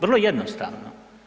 Vrlo jednostavno.